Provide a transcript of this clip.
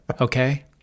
Okay